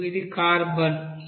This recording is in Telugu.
ఇది 12 అని మనం చెప్పగలం